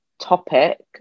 Topic